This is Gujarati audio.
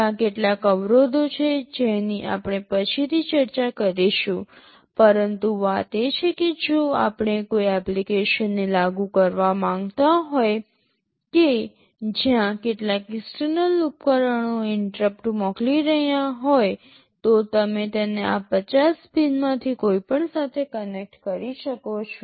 ત્યાં કેટલાક અવરોધો છે જેની આપણે પછીથી ચર્ચા કરીશું પરંતુ વાત એ છે કે જો આપણે કોઈ એપ્લિકેશનને લાગુ કરવા માંગતા હોય કે જ્યાં કેટલાક એક્સટર્નલ ઉપકરણો ઇન્ટરપ્ટ મોકલી રહ્યાં હોય તો તમે તેને આ ૫૦ પિનમાંથી કોઈપણ સાથે કનેક્ટ કરી શકો છો